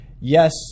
yes